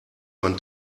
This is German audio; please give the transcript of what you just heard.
man